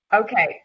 Okay